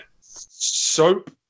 Soap